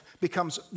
becomes